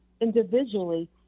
individually